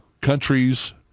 countries